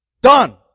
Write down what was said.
Done